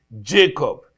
Jacob